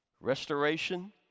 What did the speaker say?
Restoration